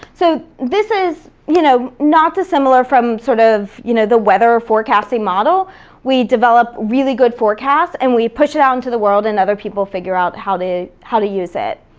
so this is you know not dissimilar from sort of you know the weather forecasting model we develop really good forecasts, and we push it out into the world, and other people figure out how to how to use it.